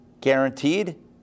guaranteed